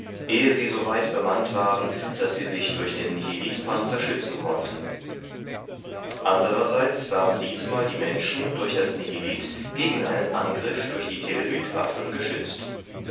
ehe sie soweit bemannt waren daß sie sich durch den nihilitpanzer schützen konnten andererseits waren diesmal die menschen durch das nihilit gegen einen angriff durch die telelytwaffen geschützt